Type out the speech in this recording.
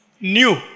new